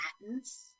patents